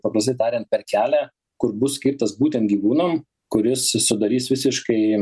paprastai tariant per kelią kur bus skirtas būtent gyvūnam kuris sudarys visiškai